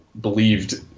believed